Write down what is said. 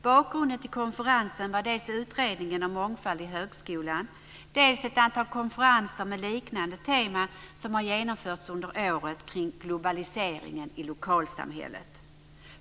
Bakgrunden till konferensen var dels utredningen om mångfald i högskolan, dels ett antal konferenser med liknande tema som har genomförts under året kring globaliseringen i lokalsamhället.